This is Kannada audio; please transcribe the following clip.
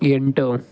ಎಂಟು